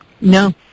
No